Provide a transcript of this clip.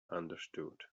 understood